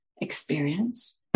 experience